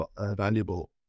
valuable